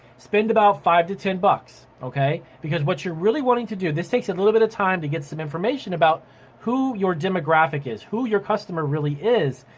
spend about five to ten bucks. okay. because what you're really wanting to do, this takes a little bit of time to get some information about who your demographic is, who your customer really is.